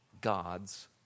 God's